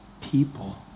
people